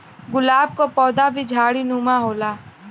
गुलाब क पौधा भी झाड़ीनुमा होला